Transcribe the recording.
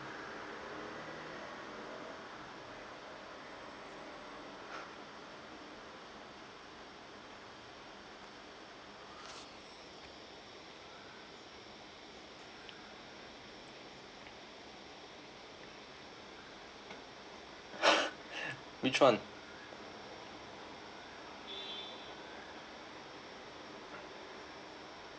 which one